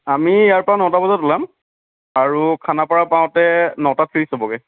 আমি ইয়াৰ পৰা নটা বজাত ওলাম আৰু খানাপাৰা পাওঁতে নটা ত্ৰিছ হ'বগৈ